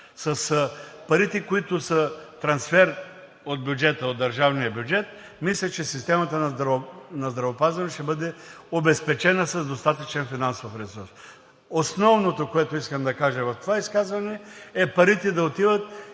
с парите, които са трансфер от държавния бюджет, мисля че системата на здравеопазването ще бъде обезпечена с достатъчен финансов ресурс. Основното, което искам да кажа в това изказване, е парите да отиват